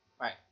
Right